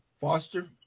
foster